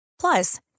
Plus